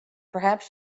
perhaps